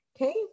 okay